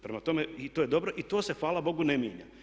Prema tome, i to je dobro i to se hvala Bogu ne mijenja.